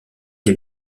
des